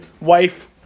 wife